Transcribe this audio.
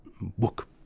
book